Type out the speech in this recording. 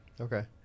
okay